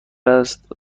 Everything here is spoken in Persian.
است